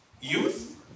youth